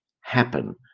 happen